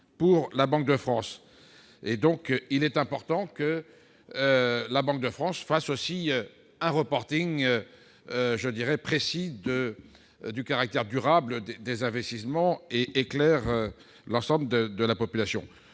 pour la Banque de France. Il est donc important que la Banque de France fasse aussi un reporting précis du caractère durable des investissements en vue d'informer l'ensemble de la population.